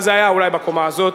זה היה אולי בקומה הזאת,